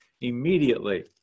immediately